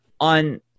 on